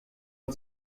wir